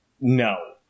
no